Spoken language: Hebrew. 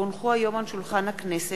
היום יום שלישי,